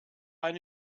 eine